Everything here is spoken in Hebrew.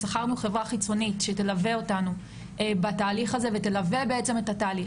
שכרנו חברה חיצונית שתלווה אותנו בתהליך הזה ותלווה את התהליך,